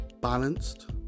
balanced